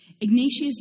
Ignatius